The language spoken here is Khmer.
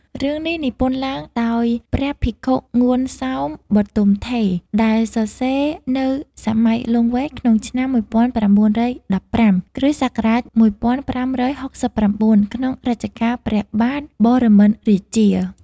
រឿងនេះនិពន្ធឡើងដោយ ព្រះភិក្ខុ ងួន សោម បទុមត្ថេរ ដែលសរសេរនៅសម័យលង្វែកក្នុងឆ្នាំ ១៩១៥ គ្រិស្តសករាជ ១៥៦៩ ក្នុងរជ្ជកាលព្រះបាទបរមិន្ទរាជា។